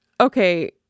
okay